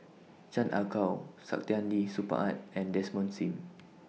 Chan Ah Kow Saktiandi Supaat and Desmond SIM